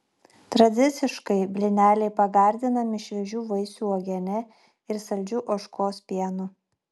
tradiciškai blyneliai pagardinami šviežių vaisių uogiene ir saldžiu ožkos pienu